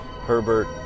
Herbert